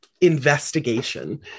investigation